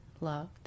loved